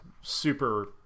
super